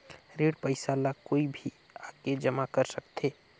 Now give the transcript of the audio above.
ऋण पईसा ला कोई भी आके जमा कर सकथे?